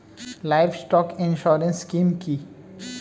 Livestock insurance scheme কি?